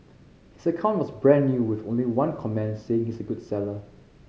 his account was brand new with only one comment saying he's a good seller